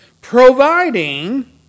providing